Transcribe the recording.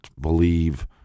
believe